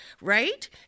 right